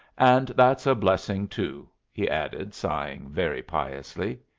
and that's a blessing too, he added, sighing very piously.